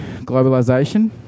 Globalisation